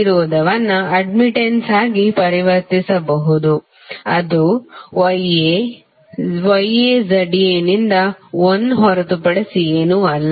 ಪ್ರತಿರೋಧವನ್ನು ಅಡ್ಡ್ಮಿಟ್ಟನ್ಸ್ ಆಗಿ ಪರಿವರ್ತಿಸಬಹುದು ಅದು YA YA ZA ನಿಂದ 1 ಹೊರತುಪಡಿಸಿ ಏನೂ ಅಲ್ಲ